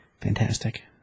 Fantastic